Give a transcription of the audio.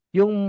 Yung